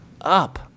up